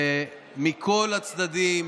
כל הצדדים